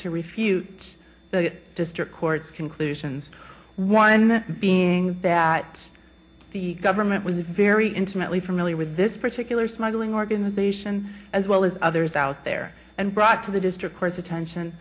to refute the district court's conclusions one being that the government was very intimately familiar with this particular smuggling organization as well as others out there and brought to the district court's attention